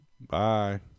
Bye